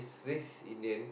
race Indian